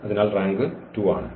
അതിനാൽ റാങ്ക് 2 ആണ്